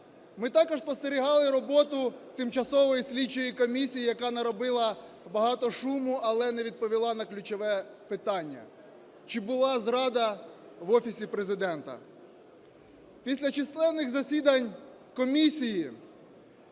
Ми також спостерігали роботу тимчасової слідчої комісії, яка наробила багато шуму, але не відповіла на ключове питання чи була зрада в Офісі Президента? Після численних засідань комісії